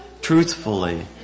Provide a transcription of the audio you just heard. truthfully